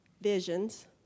visions